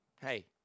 hey